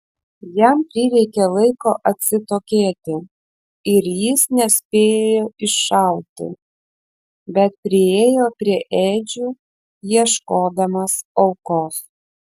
jam prireikė laiko atsitokėti ir jis nespėjo iššauti bet priėjo prie ėdžių ieškodamas aukos